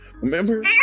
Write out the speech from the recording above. Remember